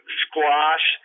squash